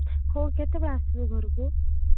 ହଉ କେତେବେଳେ ଆସିବୁ ଘରକୁ